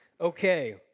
Okay